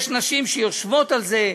יש נשים שיושבות על זה,